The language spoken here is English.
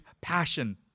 passion